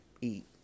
eat